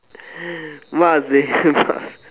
must dey must